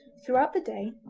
throughout the day,